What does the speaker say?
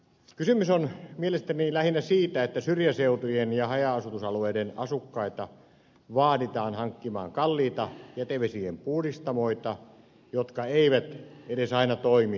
kysymys on mielestäni lähinnä siitä että syrjäseutujen ja haja asutusalueiden asukkaita vaaditaan hankkimaan kalliita jätevesien puhdistamoita jotka eivät edes aina toimi tyydyttävästi